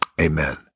amen